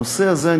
הנושא הזה,